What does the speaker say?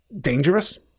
dangerous